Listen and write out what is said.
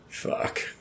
fuck